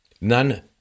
none